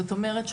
זאת אומרת,